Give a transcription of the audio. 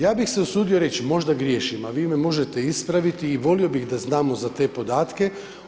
Ja bih se usudio reći, možda griješim, a vi me možete ispraviti i volio bih da znamo za te podatke.